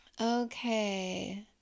okay